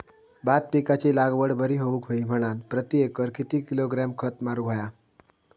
भात पिकाची लागवड बरी होऊक होई म्हणान प्रति एकर किती किलोग्रॅम खत मारुक होया?